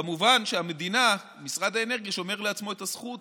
כמובן שהמדינה, משרד האנרגיה שומר לעצמו את הזכות